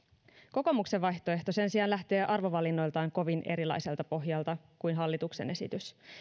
kokoomuksen vaihtoehto sen sijaan lähtee arvovalinnoiltaan kovin erilaiselta pohjalta kuin hallituksen esitys